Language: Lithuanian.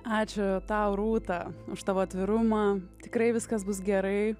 ačiū tau rūta už tavo atvirumą tikrai viskas bus gerai